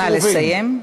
נא לסיים.